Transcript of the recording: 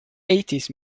eighties